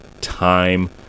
time